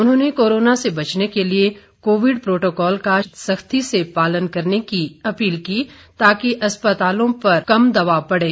उन्होंने कोरोना से बचने के लिए कोविड प्रोटोकॉल का सख्ती से पालन करने की अपील की ताकि अस्पतालों पर कम से कम दबाव पड़े